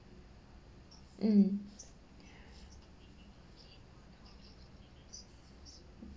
mm